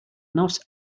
not